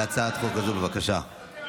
בבקשה.